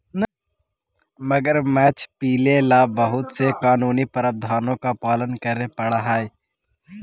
मगरमच्छ पीले ला बहुत से कानूनी प्रावधानों का पालन करे पडा हई